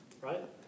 right